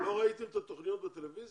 בוודאי ראינו את התוכניות בטלוויזיה.